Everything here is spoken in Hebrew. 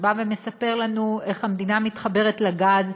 שבא ומספר לנו איך המדינה מתחברת לגז,